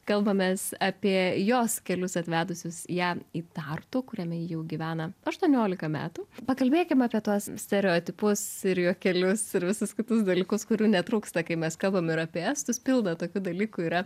kalbamės apie jos kelius atvedusius ją į tartu kuriame ji jau gyvena aštuoniolika metų pakalbėkim apie tuos stereotipus ir juokelius ir visus kitus dalykus kurių netrūksta kai mes kalbam ir apie estus pilna tokių dalykų yra